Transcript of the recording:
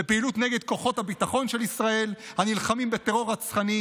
בפעילות נגד כוחות הביטחון של ישראל הנלחמים בטרור רצחני,